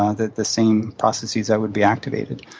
ah the the same processes that would be activated.